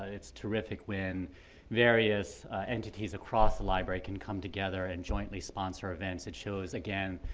it's terrific when various entities across the library can come together and jointly sponsor events. it shows, again,